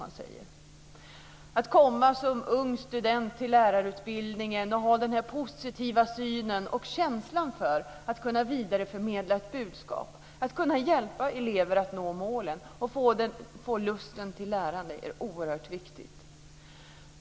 När man kommer som ung student till lärarutbildningen har man en positiv syn och känsla för att vidareförmedla ett budskap, att hjälpa elever att nå målen och få lust till lärande. Det är oerhört viktigt.